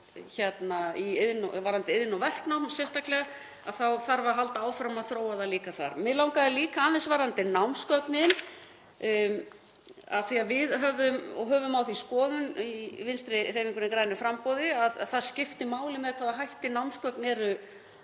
líka varðandi iðn- og verknám sérstaklega, það þarf að halda áfram að þróa það líka þar. Mig langaði líka aðeins að nefna námsgögnin, af því að við höfum á því skoðun í Vinstrihreyfingunni – grænu framboði að það skipti máli með hvaða hætti námsgögn eru